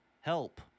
help